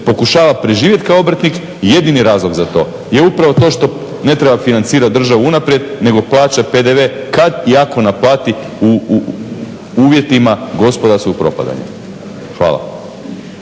pokušava preživjeti kao obrtnik jedini razlog za to je upravo to što ne treba financirati državu unaprijed, nego plaća PDV kad i ako naplati u uvjetima gospodarskog propadanja. Hvala.